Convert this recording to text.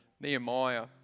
Nehemiah